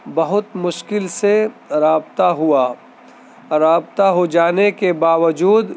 بہت مشکل سے رابطہ ہوا رابطہ ہو جانے کے باوجود